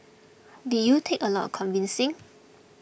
did you take a lot of convincing